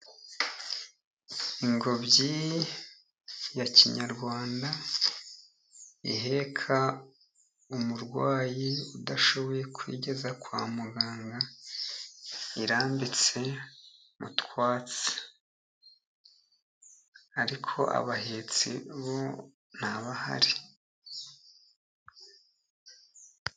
Ingobyi ya kinyarwanda iheka umurwayi udashoboye kwigeza kwa muganga irambitse mu twatsi ariko abahetsi bo ntabahari.